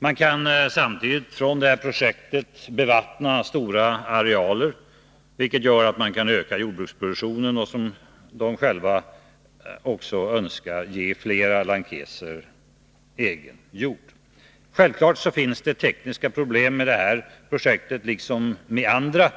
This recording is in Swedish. Man kan samtidigt från detta projekt bevattna stora arealer, vilket gör att man kan öka jordbruksproduktionen och, som mottagarlandet också önskar, ge flera lankeser egen jord. Självfallet finns det tekniska problem med detta projekt som med andra.